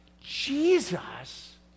Jesus